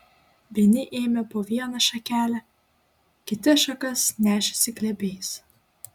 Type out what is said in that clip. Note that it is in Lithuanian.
vieni ėmė po vieną šakelę kiti šakas nešėsi glėbiais